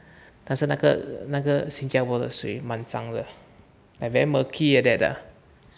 但是那个那个新加坡的水蛮脏的 like very milky like that ah